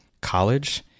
college